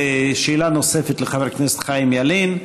שאלה נוספת לחבר הכנסת חיים ילין.